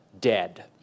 dead